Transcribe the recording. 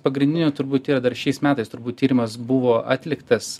pagrindinių turbūt yra dar šiais metais turbūt tyrimas buvo atliktas